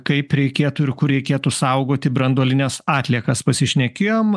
kaip reikėtų ir kur reikėtų saugoti branduolines atliekas pasišnekėjom